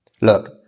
Look